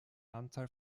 anzahl